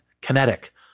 kinetic